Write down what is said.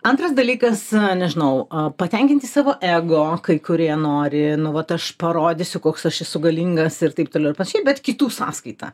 antras dalykas nežinau a patenkinti savo ego kai kurie nori nu vat aš parodysiu koks aš esu galingas ir taip toliau ir panašiai bet kitų sąskaita